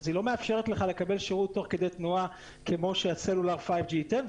אז היא לא מאפשרת לקבל שירות תוך כדי תנועה כמו שהסלולר 5G ייתן.